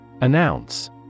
Announce